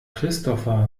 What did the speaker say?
christopher